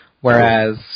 Whereas